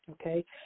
okay